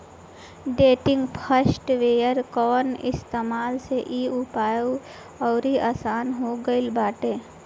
day trading software कअ इस्तेमाल से इ व्यापार अउरी आसन हो गिल बाटे